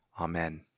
Amen